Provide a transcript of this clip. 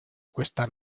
cuesta